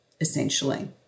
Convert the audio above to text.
essentially